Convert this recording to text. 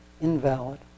invalid